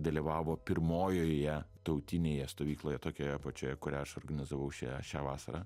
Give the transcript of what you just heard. dalyvavo pirmojoje tautinėje stovykloje tokioje pačioje kurią aš organizavau šią šią vasarą